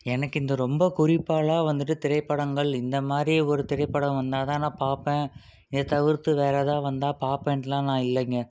எனக்கு இந்த ரொம்ப குறிப்பால்லாம் வந்துட்டு திரைப்படங்கள் இந்த மாதிரி ஒரு திரைப்படம் வந்தால் தான் நான் பார்ப்பேன் இது தவிர்த்து வேறு ஏதோ வந்தால் பார்ப்பேன்ட்லாம் நான் இல்லைங்க